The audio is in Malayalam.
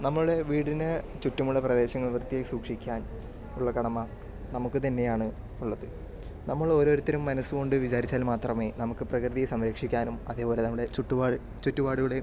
നമ്മുടെ വീടിന് ചുറ്റുമുള്ള പ്രദേശങ്ങൾ വൃത്തിയായി സൂക്ഷിക്കാൻ ഉള്ള കടമ നമുക്ക് തന്നെയാണ് ഉള്ളത് നമ്മളോരോരുത്തരും മനസ്സുകൊണ്ട് വിചാരിച്ചാൽ മാത്രമേ നമുക്ക് പ്രകൃതിയെ സംരക്ഷിക്കാനും അതേപോലെ നമ്മളെ ചുറ്റുപാട് ചുറ്റുപാടുകളെയും